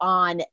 on